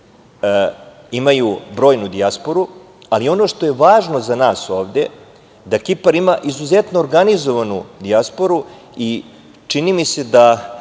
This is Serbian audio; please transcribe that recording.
imaju brojnu dijasporu, ali ono što je važno za nas ovde, da Kipar ima izuzetno organizovanu dijasporu i čini mi se da